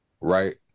right